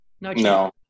No